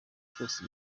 cyose